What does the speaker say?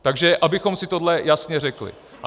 Takže abychom si tohle jasně řekli.